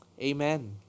Amen